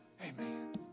Amen